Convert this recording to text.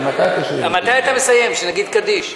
מתי אתה מסיים, שנגיד קדיש?